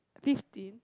fifteen